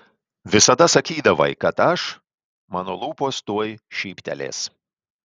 visada sakydavai kad aš mano lūpos tuoj šyptelės